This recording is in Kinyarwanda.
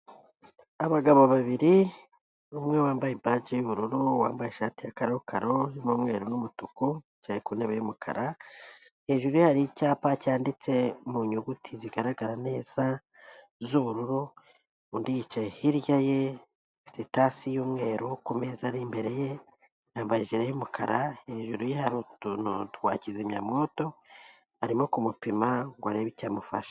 Abagabo babiri umwe wambaye baji y'ubururu, wambaye ishati ya karokaro irimo umweru n'umutuku yicaye ku ntebe yumukara hejuru ye hari icyapa cyanditse mu nyuguti zigaragara neza z'ubururu, undi yicaye hirya ye afite itasi y'umweru kumeza ari imbere ye, yambaye ijire y'umukara hejuru ye hari utuntu twa kizimyamwoto arimo kumupima ngo arebe icyo amufasha.